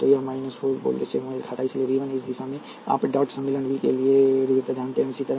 तो यह 4 वोल्ट से मेल खाता है इसलिए वी 1 इस दिशा में आप डॉट सम्मेलन और वी 1 के लिए ध्रुवीयता जानते हैं और इसी तरह